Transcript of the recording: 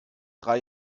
drei